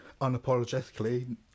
unapologetically